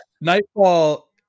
nightfall